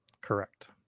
Correct